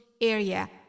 area